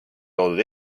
loodud